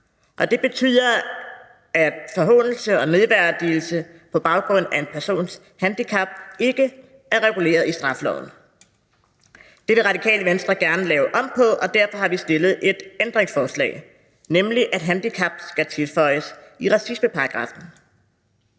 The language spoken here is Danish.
og det betyder, at forhånelse og nedværdigelse på baggrund af en persons handicap ikke er reguleret i straffeloven. Det vil Radikale Venstre gerne lave om på, og derfor vil vi stille et ændringsforslag, nemlig at ordet handicap skal tilføjes i racismeparagraffen.